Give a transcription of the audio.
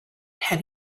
have